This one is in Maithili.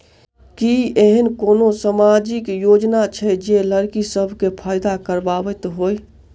की एहेन कोनो सामाजिक योजना छै जे लड़की सब केँ फैदा कराबैत होइ?